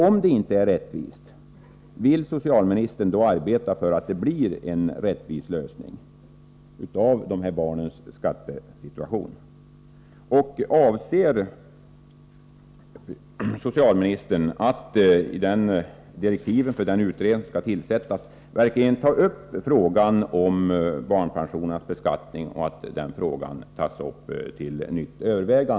Om det inte är rättvist, vill då socialministern medverka till en rättvis lösning när det gäller de här barnens skattesituation? Avser socialministern att i direktiven till den utredning som skall tillsättas verkligen uppmärksamma frågan om beskattningen av barnpensionen, så att den frågan på nytt övervägs.